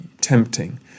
tempting